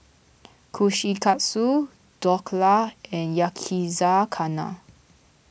Kushikatsu Dhokla and Yakizakana